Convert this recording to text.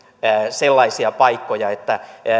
sellaisia paikkoja että